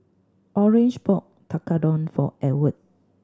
Orange bought Tekkadon for Edward